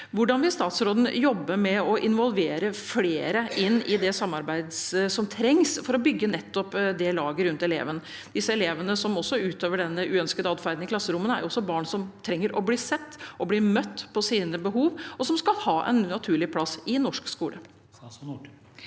Hvordan vil statsråden jobbe med å involvere flere i det samarbeidet som trengs for å bygge nettopp det laget rundt eleven? Elevene som utøver den uønskede atferden i klasserommene, er også barn som trenger å bli sett og møtt på sine behov, og som skal ha en naturlig plass i norsk skole.